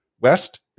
West